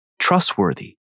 trustworthy